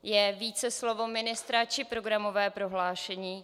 Je více slovo ministra, či programové prohlášení?